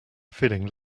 feeling